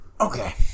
Okay